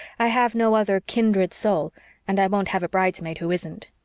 i have no other kindred soul and i won't have a bridesmaid who isn't.